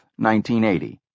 1980